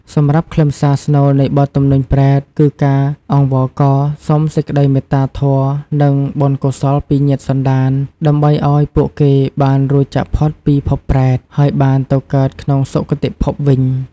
សម្រាប់ខ្លឹមសារស្នូលនៃបទទំនួញប្រេត គឺការអង្វរករសុំសេចក្តីមេត្តាធម៌ និងបុណ្យកុសលពីញាតិសន្តាន ដើម្បីឲ្យពួកគេបានរួចចាកផុតពីភពប្រេត ហើយបានទៅកើតក្នុងសុគតិភពវិញ។